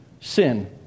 Sin